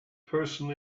person